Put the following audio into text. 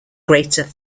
greater